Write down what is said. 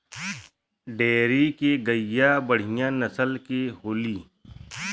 dairy के गईया बढ़िया नसल के होली